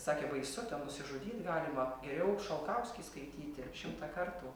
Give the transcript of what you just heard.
sakė baisu ten nusižudyt galima geriau šalkauskį skaityti šimtą kartų